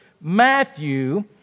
Matthew